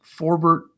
Forbert